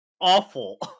awful